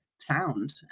sound